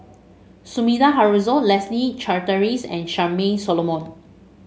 Sumida Haruzo Leslie Charteris and Charmaine Solomon